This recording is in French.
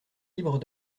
libre